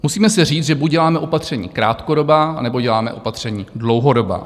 Musíme si říct, že buď děláme opatření krátkodobá, anebo děláme opatření dlouhodobá.